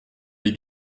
les